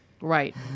Right